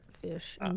fish